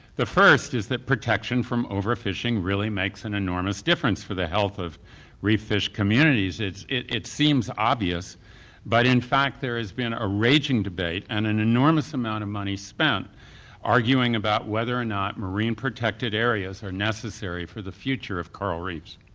the first is that protection from overfishing really makes an enormous difference for the health of reef fish communities. it it seems obvious but in fact there has been a raging debate and an enormous amount of money spent arguing about whether or not marine protected areas are necessary for the future of coral reefs.